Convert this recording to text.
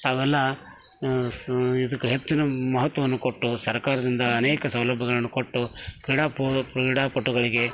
ತಾವೆಲ್ಲ ಸ್ ಇದಕ್ಕೆ ಹೆಚ್ಚಿನ ಮಹತ್ವವನ್ನು ಕೊಟ್ಟು ಸರಕಾರದಿಂದ ಅನೇಕ ಸೌಲಭ್ಯಗಳನ್ನು ಕೊಟ್ಟು ಕ್ರೀಡಾ ಕ್ರೀಡಾಪಟುಗಳಿಗೆ